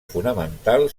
fonamental